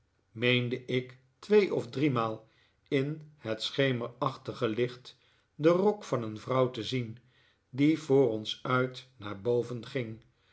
meende ik twee of driemaal in het schemerachtige licht den rok van een vrouw te zien die voor ons uit naar boven ging